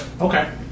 Okay